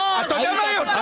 אתה יודע מה היא עושה פה?